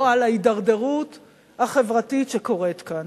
או על ההידרדרות החברתית שקורית כאן.